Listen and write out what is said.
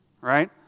Right